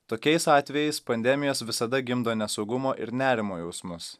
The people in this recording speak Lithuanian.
tokiais atvejais pandemijos visada gimdo nesaugumo ir nerimo jausmus